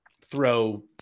throw